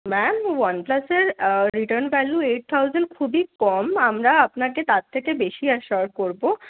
ma'am one প্লাসের return value eight thousand খুবই কম আমরা আপনাকে তার থেকে বেশি অ্যাশিয়োর করব